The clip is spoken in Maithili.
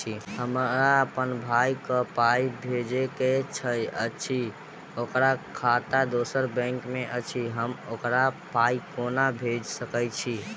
हमरा अप्पन भाई कऽ पाई भेजि कऽ अछि, ओकर खाता दोसर बैंक मे अछि, हम ओकरा पाई कोना भेजि सकय छी?